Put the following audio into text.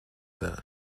that